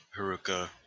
Haruka